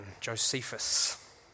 Josephus